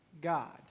God